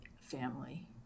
family